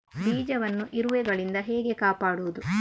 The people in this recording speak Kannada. ಬೀಜವನ್ನು ಇರುವೆಗಳಿಂದ ಹೇಗೆ ಕಾಪಾಡುವುದು?